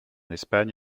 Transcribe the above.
espagne